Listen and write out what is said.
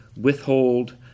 withhold